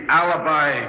alibi